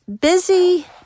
busy